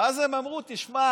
ואז הם אמרו: תשמע,